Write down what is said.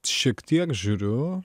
šiek tiek žiūriu